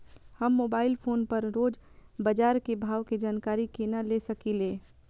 हम mobile phone पर रोज बाजार के भाव के जानकारी केना ले सकलिये?